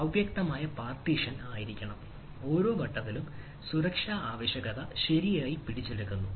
അവ്യക്തമായ പാർട്ടീഷൻ ആയിരിക്കണം ഓരോ ഘട്ടത്തിലും സുരക്ഷാ ആവശ്യകത ശരിയായി പിടിച്ചെടുക്കുന്നു